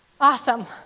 Awesome